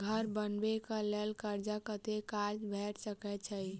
घर बनबे कऽ लेल कर्जा कत्ते कर्जा भेट सकय छई?